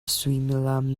suimilam